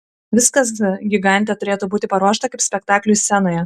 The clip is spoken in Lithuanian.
viskas gigante turėtų būti paruošta kaip spektakliui scenoje